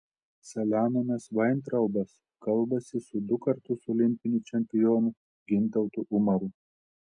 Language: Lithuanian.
saliamonas vaintraubas kalbasi su du kartus olimpiniu čempionu gintautu umaru